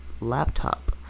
laptop